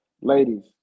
Ladies